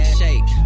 shake